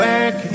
Back